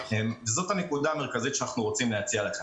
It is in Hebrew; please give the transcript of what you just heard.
זאת הנקודה המרכזית שאנחנו רוצים להציע לכם.